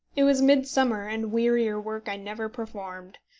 it was midsummer, and wearier work i never performed.